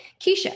Keisha